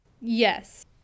Yes